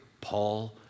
Paul